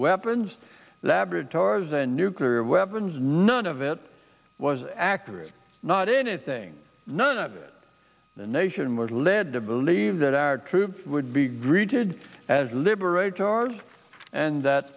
weapons laboratories and nuclear weapons none of it was accurate not anything not the nation was led to believe that our troops would be greeted as liberators and that